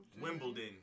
Wimbledon